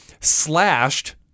slashed